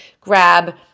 grab